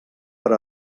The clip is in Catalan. per